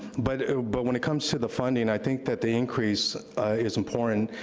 but but when it comes to the funding, i think that the increase is important.